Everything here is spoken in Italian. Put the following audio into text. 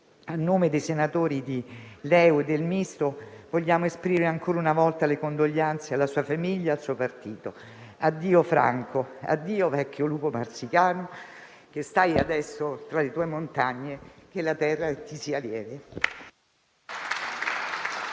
A nome dei senatori di Liberi e Uguali e del Gruppo Misto, vogliamo esprimere ancora una volta le condoglianze alla sua famiglia e al suo partito. Addio Franco, addio vecchio lupo marsicano che stai adesso tra le tue montagne. Che la terra ti sia lieve.